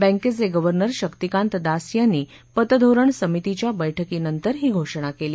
बँकेचे गव्हर्नर शक्तिकांत दास यांनी पतधोरण समितीच्या बैठकीनंतर ही घोषणा केली